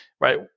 right